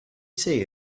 say